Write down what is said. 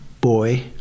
boy